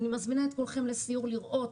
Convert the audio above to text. אני מזמינה את כולכם לסיור לראות